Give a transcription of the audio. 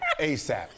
ASAP